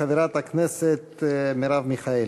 תודה לחבר הכנסת אייכלר.